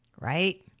Right